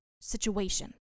situation